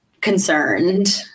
concerned